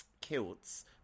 kilts